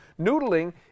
Noodling